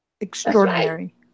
Extraordinary